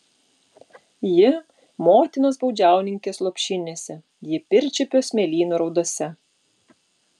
ji motinos baudžiauninkės lopšinėse ji pirčiupio smėlynų raudose